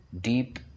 deep